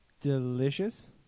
delicious